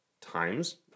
times